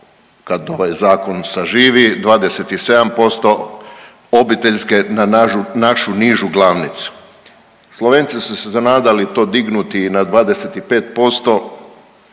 kad ovaj zakon saživi 27% obiteljske na našu nižu glavnicu. Slovenci su se nadali to dignuti i na 25%,